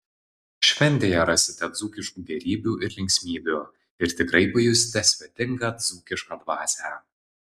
šventėje rasite dzūkiškų gėrybių ir linksmybių ir tikrai pajusite svetingą dzūkišką dvasią